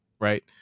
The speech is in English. Right